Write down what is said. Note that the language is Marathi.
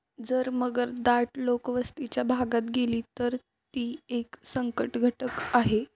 जर मगर दाट लोकवस्तीच्या भागात गेली, तर ती एक संकटघटक आहे